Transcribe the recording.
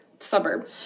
suburb